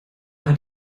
hat